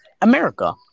America